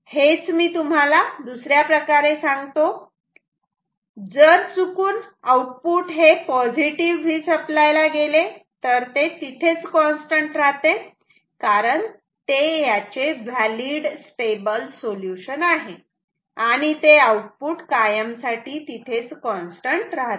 हेच मी तुम्हाला दुसऱ्या प्रकारे सांगतो जर चुकून आउटपुट हे Vसप्लाय ला गेले तर ते तिथेच कॉन्स्टंट राहते कारण ते याचे व्हॅलिड स्टेबल सोल्युशन आहे आणि ते आउटपुट कायमसाठी तिथेच कॉन्स्टंट राहते